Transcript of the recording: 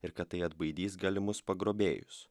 ir kad tai atbaidys galimus pagrobėjus